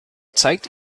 zeigt